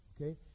Okay